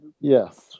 Yes